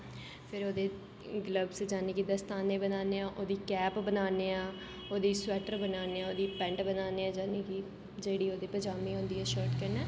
फिर ओह्दे गलव्स यानी कि दस्ताने बनाने आं ओह्दी कैप बनाने आं ओह्दी स्वेटर बनाने आं ओह्दी पैंट बनाने आं जां यानी कि जेह्ड़ी ओह्दी पजामी होंदी ऐ शर्ट कन्नै